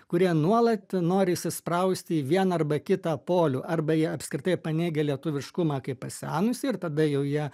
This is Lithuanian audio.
kurie nuolat nori įsisprausti į vieną arba kitą polių arba jie apskritai paneigia lietuviškumą kaip pasenusį ir tada jau jie